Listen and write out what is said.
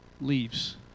leaves